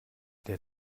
der